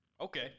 Okay